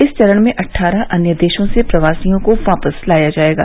इस चरण में अट्ठारह अन्य देशों से प्रवासियों को वापस लाया जायेगा